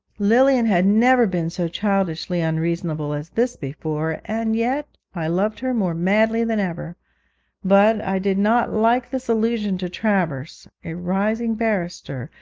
lilian had never been so childishly unreasonable as this before, and yet i loved her more madly than ever but i did not like this allusion to travers, a rising barrister,